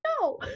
No